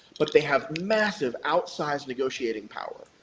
but they have massive, outsized negotiating power.